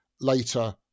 later